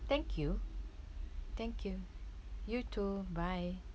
thank you thank you you too bye